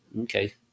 Okay